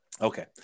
Okay